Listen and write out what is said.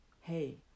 Hey